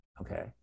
okay